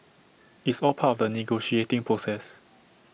it's all part of the negotiating process